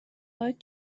باید